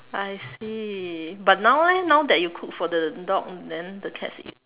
I see but now leh now that you cook for the dog then the cats eat